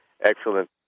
Excellent